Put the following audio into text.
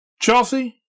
Chelsea